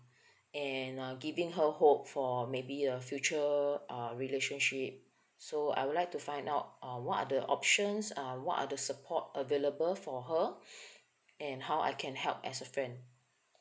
and uh giving her hope for maybe a future uh relationship so I would like to find out uh what are the options uh what are the support available for her and how I can help as a friend